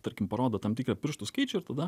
tarkim parodo tam tikrą pirštų skaičių ir tada